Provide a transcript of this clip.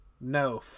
No